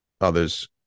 others